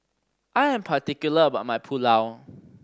I am particular about my Pulao